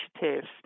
initiatives